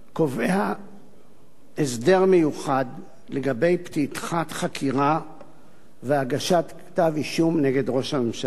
קובע הסדר מיוחד לגבי פתיחה בחקירה והגשת כתב-אישום נגד ראש הממשלה.